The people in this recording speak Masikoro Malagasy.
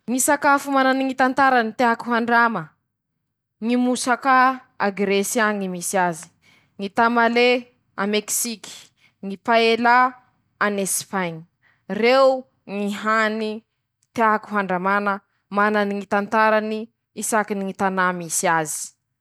Fomba hañamboarako hany karazany telo aminy ñy fampiasa ñy akora bakaminy ñy raha mitiry avao :ñy salady noho ñy legimy aminy ñy voan-kazo. Raha telo reo ampiasan-teña, manahaky anizay koa ñy fiketrehan-teña hany mafana misy legimy noho ñy tôfu mena.